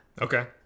Okay